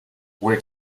where